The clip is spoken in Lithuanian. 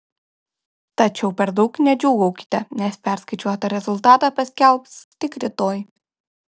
tačiau per daug nedžiūgaukite nes perskaičiuotą rezultatą paskelbs tik rytoj